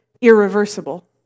irreversible